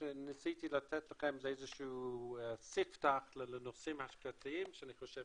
שניסיתי לתת לכם זה איזה שהוא סִפתח לנושאים ההשקעתיים שאני חושב